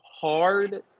hard –